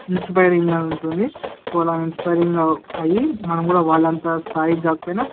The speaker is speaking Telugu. ఇన్స్పైరింగ్ గా ఉంటుంది సో అలా ఇన్స్పైరింగ్ గా అయ్యి మనం కూడా వాళ్ళ అంతా స్థాయికి కాకపోయినా